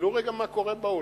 תסתכלו רגע מה קורה בעולם.